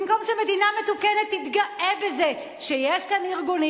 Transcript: במקום שמדינה מתוקנת תתגאה בזה שיש כאן ארגונים